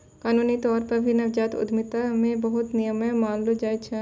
कानूनी तौर पर भी नवजात उद्यमिता मे बहुते नियम मानलो जाय छै